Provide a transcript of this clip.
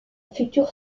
future